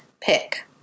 pick